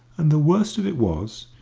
and the worst of it was,